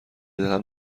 دلم